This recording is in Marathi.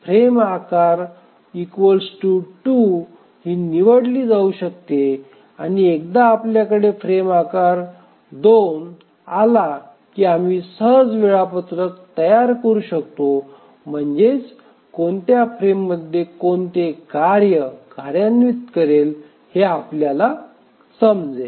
फ्रेम आकार 2 ही निवडली जाऊ शकते आणि एकदा आपल्याकडे फ्रेम आकार 2 आला की आम्ही सहज वेळापत्रक तयार करू शकतो म्हणजेच कोणत्या फ्रेममध्ये कोणते कार्य कार्यान्वित करेल हे समजेल